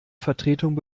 vertretung